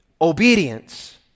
obedience